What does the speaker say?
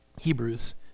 Hebrews